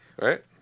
right